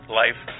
life